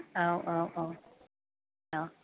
औ औ औ